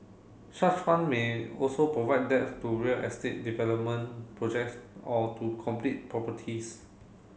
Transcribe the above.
such fund may also provide debt to real estate development projects or to complete properties